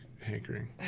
hankering